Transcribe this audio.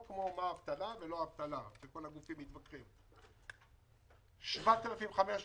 7,500